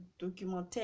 documentaire